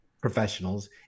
professionals